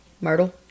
Myrtle